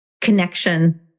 connection